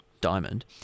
diamond